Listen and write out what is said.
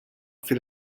fil